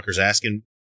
asking